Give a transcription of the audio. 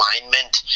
alignment